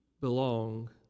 belong